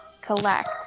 collect